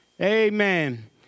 amen